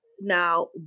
now